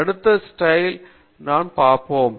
அடுத்த ஸ்லைடில் நான் காண்பிப்பேன்